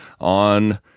on